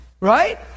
right